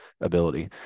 ability